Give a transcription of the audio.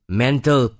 mental